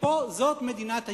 שפה זאת מדינת היהודים.